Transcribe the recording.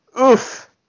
Oof